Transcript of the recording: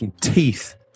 teeth